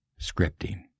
scripting